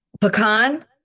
Pecan